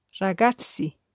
ragazzi